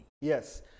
Yes